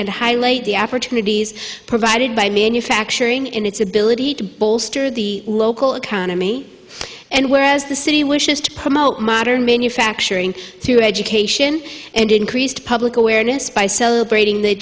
and highlight the opportunities provided by manufacturing and its ability to bolster the local economy and whereas the city wishes to promote modern manufacturing through education and increased public awareness by celebrating the